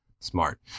smart